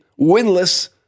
winless